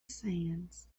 sands